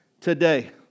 Today